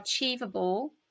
achievable